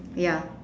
ya